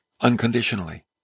unconditionally